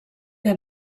que